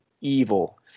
evil